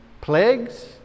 plagues